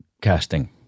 casting